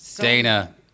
Dana